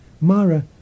Mara